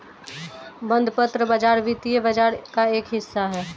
बंधपत्र बाज़ार वित्तीय बाज़ार का एक हिस्सा है